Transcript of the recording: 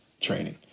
training